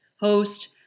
host